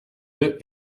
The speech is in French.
deux